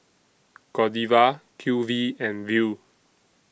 Godiva Q V and Viu